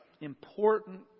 important